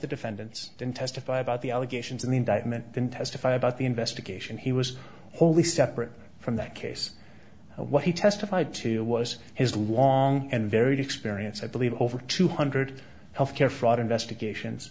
the defendants didn't testify about the allegations in the indictment than testify about the investigation he was wholly separate from that case what he testified to was his long and varied experience i believe over two hundred health care fraud investigations